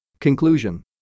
Conclusion